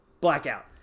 blackout